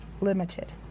limited